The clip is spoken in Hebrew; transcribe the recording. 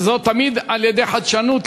וזאת תמיד על-ידי חדשנות,